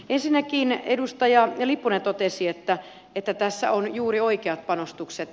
ensinnäkin edustaja lipponen totesi että tässä on juuri oikeat panostukset